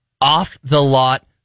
off-the-lot